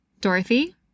Dorothy